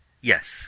Yes